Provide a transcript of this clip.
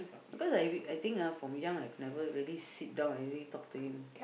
because like if you I think ah from young I've never really sit down and really talk to him